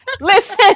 listen